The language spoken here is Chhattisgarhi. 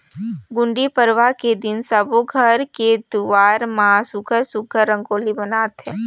गुड़ी पड़वा के दिन सब्बो घर के दुवार म सुग्घर सुघ्घर रंगोली बनाथे